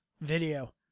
video